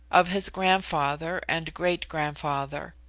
of his grandfather, and great-grandfather.